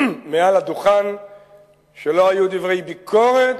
מעל הדוכן, שלא היו דברי ביקורת,